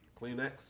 Kleenex